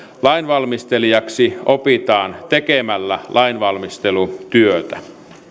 lainvalmistelijaksi opitaan tekemällä lainvalmistelutyötä